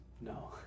No